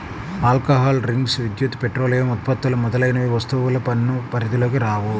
alcohol drinks, విద్యుత్, petroleum ఉత్పత్తులు మొదలైనవి వస్తుసేవల పన్ను పరిధిలోకి రావు